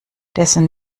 dessen